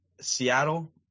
Seattle